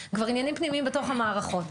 אלה כבר עניינים פנימיים בתוך המערכות.